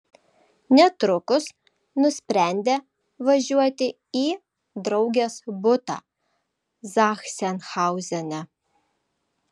netrukus nusprendė važiuoti į draugės butą zachsenhauzene